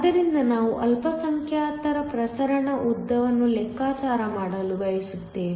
ಆದ್ದರಿಂದ ನಾವು ಅಲ್ಪಸಂಖ್ಯಾತರ ಪ್ರಸರಣ ಉದ್ದವನ್ನು ಲೆಕ್ಕಾಚಾರ ಮಾಡಲು ಬಯಸುತ್ತೇವೆ